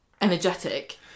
energetic